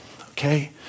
okay